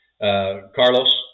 Carlos